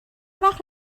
وقت